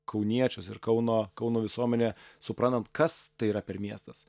kauniečius ir kauno kauno visuomenė suprantant kas tai yra per miestas